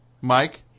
Mike